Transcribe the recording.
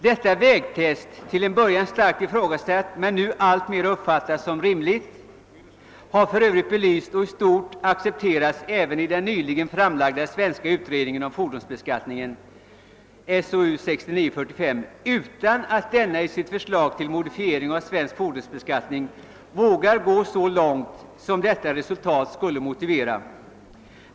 Detta vägtest, till en början starkt ifrågasatt men nu alltmer uppfattat som rimligt, har för övrigt belysts och i stort accepterats även i den nyligen framlagda svenska utredningen om fordonsbeskattningen utan att denna dock i sitt förslag till modifieringar av svensk fordonsbeskattning vågar gå så långt som detta resultat skulle motivera.